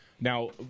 now